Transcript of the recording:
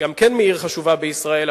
גם מעיר חשובה בישראל,